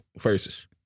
versus